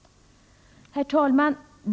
Herr talman!